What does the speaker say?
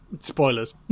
Spoilers